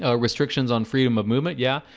ah restrictions on freedom of movement yeah,